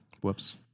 Whoops